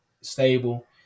stable